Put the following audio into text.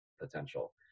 potential